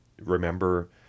remember